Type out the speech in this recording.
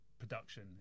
production